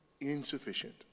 insufficient